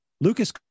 Lucas